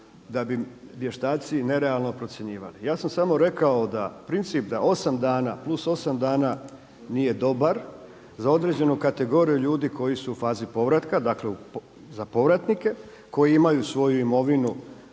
da bi vještaci nerealno procjenjivali. Ja sam samo rekao da princip da osam dana plus osam dana nije dobar za određenu kategoriju ljudi koji su u fazi povratka, dakle za povratnike koji imaju svoju imovinu